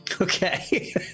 Okay